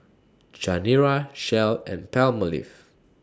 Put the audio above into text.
Chanira Shell and Palmolive